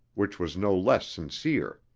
which was no less sincere.